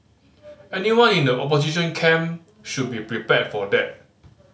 anyone in the opposition camp should be prepared for that